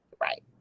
right